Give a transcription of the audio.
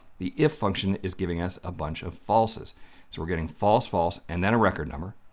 the if function is giving us a bunch of falses. so we're getting false false, and then a record number,